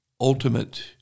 ultimate